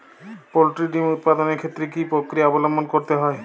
Poultry ডিম উৎপাদনের ক্ষেত্রে কি পক্রিয়া অবলম্বন করতে হয়?